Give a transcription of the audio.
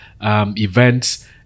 events